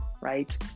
right